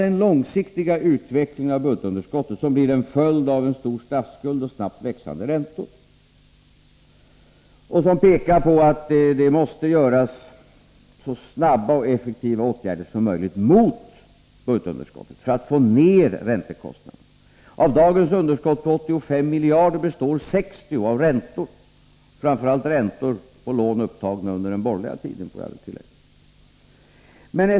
Den långsiktiga utvecklingen av budgetunderskottet, som blir en följd av en stor statsskuld och snabbt växande räntor, pekar på att man måste vidta så snabba och effektiva åtgärder som möjligt mot budgetunderskottet för att få ned räntekostnaderna. Dagens underskott på 85 miljarder består till 60 miljarder av räntor, och jag vill tillägga att det framför allt är räntor på lån som är upptagna under den borgerliga tiden.